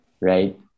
Right